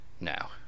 Now